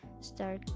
start